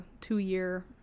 two-year